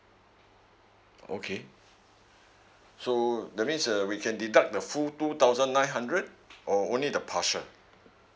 okay so that means uh we can deduct the full two thousand nine hundred or only the partial